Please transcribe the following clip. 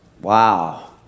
Wow